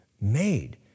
made